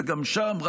וגם שם,